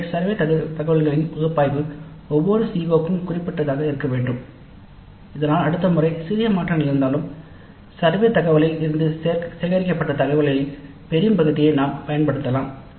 எனவே சர்வே தகவல்களின் பகுப்பாய்வு ஒவ்வொரு CO க்கும் குறிப்பிட்டதாக இருக்க வேண்டும் இதனால் அடுத்த முறை சிறிய மாற்றங்கள் இருந்தாலும் சர்வே தகவலில் இருந்து சேகரிக்கப்பட்ட தகவல்களில் பெரும் பகுதியை நாம் பயன்படுத்தலாம்